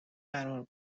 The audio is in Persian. قرار